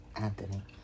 Anthony